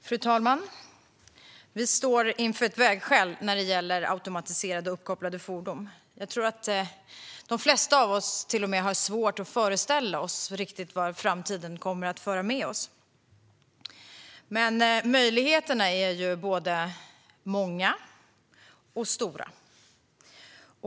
Fru talman! Vi står inför ett vägskäl när det gäller automatiserade och uppkopplade fordon. Jag tror att de flesta av oss till och med har svårt att riktigt föreställa oss vad framtiden kommer att föra med sig. Möjligheterna är både många och stora.